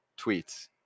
tweets